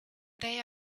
they